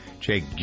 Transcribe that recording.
Jake